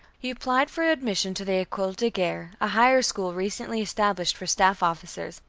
he applied for admission to the ecole de guerre, a higher school recently established for staff officers,